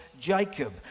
Jacob